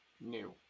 New